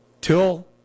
till